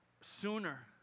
sooner